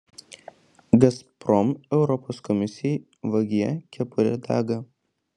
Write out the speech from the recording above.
gazprom europos komisijai vagie kepurė dega